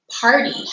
party